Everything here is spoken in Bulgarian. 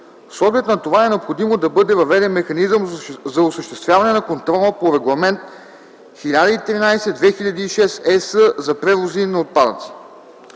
С оглед на това е необходимо да бъде въведен механизъм за осъществяване на контрола по Регламент 1013/2006/ЕС за превози на отпадъци.